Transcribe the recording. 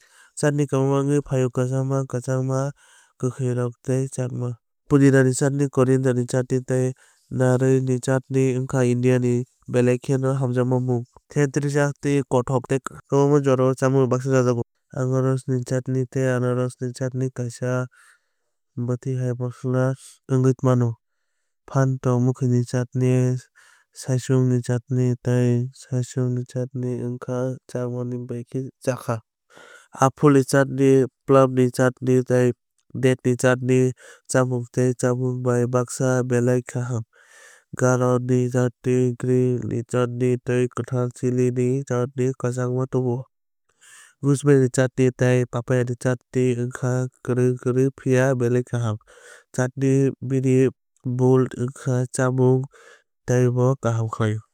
Chutney kwbangma wngwi phaio kwchangma kwchakma kwkhoui tei kwchakma. Pudina ni chutni koriander ni chutni tei narw ni chutni wngkha India ni belai kheno hamjakma mung. Thentwrui ni chutney kothok tei kwkhui kwbangma jorao chámung bai baksa rwjago. Anaros ni chutney tei anaros ni chutney kaisa bwthai hai masala wngwi mano. Phantok mukhui ni chutney saichung ni chutney tei saichung ni chutney wngkha chamanai bagwui chakha. Aphulni chutni plumni chutni tei dateni chutni chamung tei chamung bai baksa belai kaham. Garrot ni chutney giri ni chutney tei kwthar chili ni chutney khakchangma tubuo. Gooseberry ni chutney tei papaya ni chutney wngkha kwrwi kwrwi phiya belai kaham. Chutney bini bold wngkha chamungno teibo kaham khlaio.